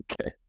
Okay